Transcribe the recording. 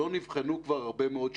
מנגנון שלא נבחן כבר שנים.